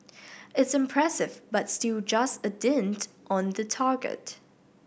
it's impressive but still just a dint on the target